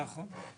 נכון.